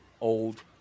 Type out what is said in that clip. old